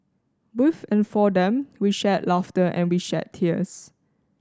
with and for them we shared laughter and we shed tears